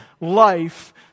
life